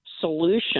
solution